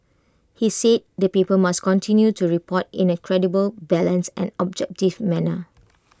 he said the paper must continue to report in A credible balanced and objective manner